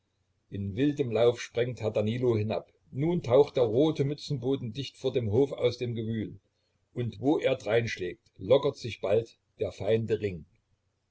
in wildem laufe sprengt herr danilo hinab nun taucht der rote mützenboden dicht vor dem hof aus dem gewühl und wo er dreinschlägt lockert sich bald der feinde ring